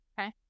Okay